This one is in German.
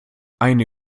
eine